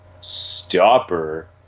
Stopper